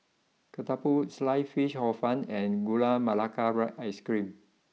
Ketupat sliced Fish Hor fun and Gula Melaka Ice cream